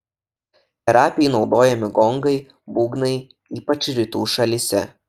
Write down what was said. terapijai naudojami gongai būgnai ypač rytų šalyse